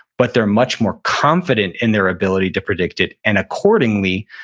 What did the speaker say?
but they're much more confident in their ability to predict it, and accordingly,